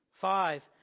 Five